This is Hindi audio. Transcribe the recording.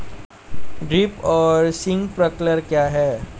ड्रिप और स्प्रिंकलर क्या हैं?